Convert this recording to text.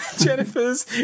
Jennifer's